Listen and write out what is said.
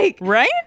Right